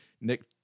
nick